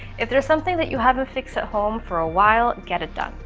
if there's something that you haven't fixed at home for a while, get it done.